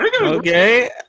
Okay